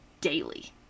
daily